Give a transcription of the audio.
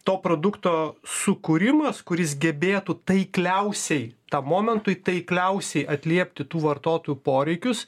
to produkto sukūrimas kuris gebėtų taikliausiai tam momentui taikliausiai atliepti tų vartotojų poreikius